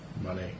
Money